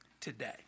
today